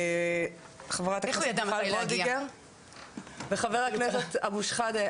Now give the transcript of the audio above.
חברת הכנסת מיכל וולדיגר וחבר הכנסת אבו שחאדה,